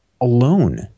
alone